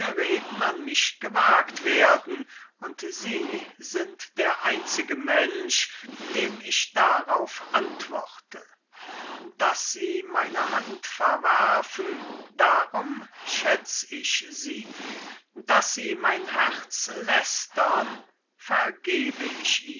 reden an mich gewagt werden und sie sind der einzige mensch dem ich darauf antworte daß sie meine hand verwerfen darum schätz ich sie daß sie meine hand lästern vergebe ich